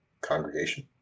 congregation